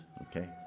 Okay